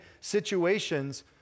situations